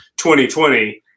2020